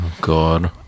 god